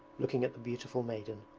looking at the beautiful maiden.